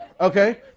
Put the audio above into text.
Okay